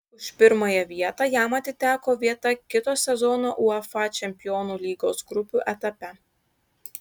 už pirmąją vietą jam atiteko vieta kito sezono uefa čempionų lygos grupių etape